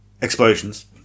explosions